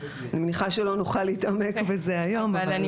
אני מניחה שלא נוכל להתעמק בזה היום אבל להמשך.